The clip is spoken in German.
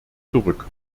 zurück